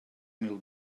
mil